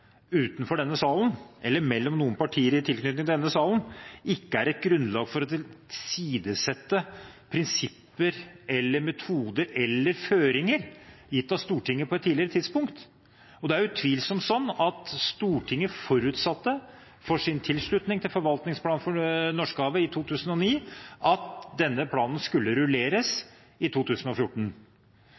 utenfor denne salen eller mellom noen partier i tilknytning til denne salen ikke er et grunnlag for å tilsidesette prinsipper, metoder eller føringer gitt av Stortinget på et tidligere tidspunkt. Det er utvilsomt sånn at Stortinget forutsatte for sin tilslutning til forvaltningsplanen for Norskehavet i 2009 at denne planen skulle rulleres i 2014.